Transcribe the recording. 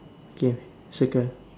okay circle